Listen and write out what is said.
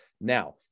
Now